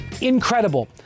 incredible